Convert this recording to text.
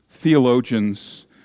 Theologians